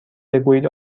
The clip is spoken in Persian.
بگویید